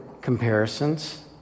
comparisons